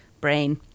brain